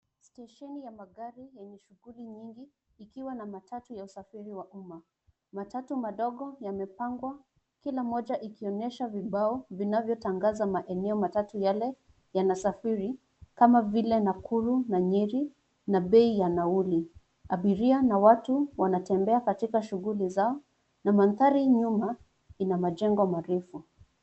Stesheni ya magari yenye shughuli nyingi ikiwa na matatu ya usafiri wa umma. Matatu madogo yamepangwa, kila moja ikionyesha vibao vinavyotangaza maeneo matatu yale yanasafiri, kama vile: Nakuru na Nyeri na bei ya nauli. Abiria na watu wanatembea katika shughuli zao na mandhari nyuma ina majengo marefu.